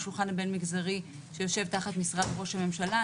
שולחן הבין-מגזרי שיושב תחת משרד ראש המשלה.